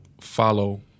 follow